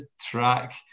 track